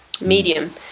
medium